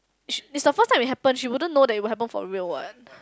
she is the first time it happen she wouldn't know that it will happen for real what